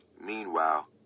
Meanwhile